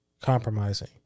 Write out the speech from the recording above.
compromising